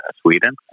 Sweden